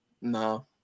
No